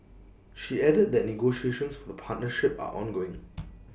she added that negotiations for the partnership are ongoing